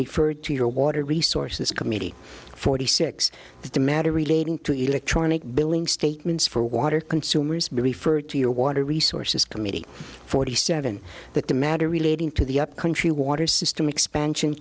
referred to your water resources committee forty six the matter relating to electronic billing statements for water consumers belief or to your water resources committee forty seven that the matter relating to the up country water system expansion